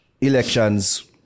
elections